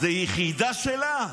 זו יחידה שלה,